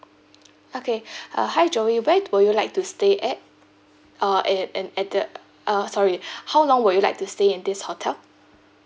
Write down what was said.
okay uh hi joey where would you like to stay at uh at at at the uh sorry how long would you like to stay in this hotel